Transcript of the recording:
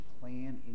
plan